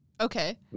Okay